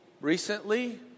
Recently